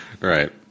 right